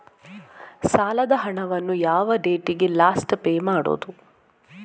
ಸಾಲದ ಹಣವನ್ನು ಯಾವ ಡೇಟಿಗೆ ಲಾಸ್ಟ್ ಪೇ ಮಾಡುವುದು?